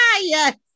yes